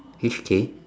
H K